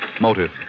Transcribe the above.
Motive